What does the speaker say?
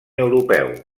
europeu